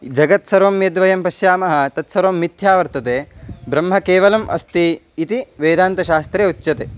जगत्सर्वं यद्वयं पश्यामः तत्सर्वं मिथ्या वर्तते ब्रह्मकेवलम् अस्ति इति वेदान्तशास्त्रे उच्यते